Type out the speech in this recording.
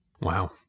Wow